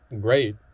great